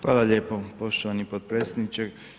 Hvala lijepo poštivani potpredsjedniče.